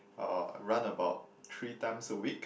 uh I run about three times a week